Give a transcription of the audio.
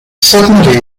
suddenly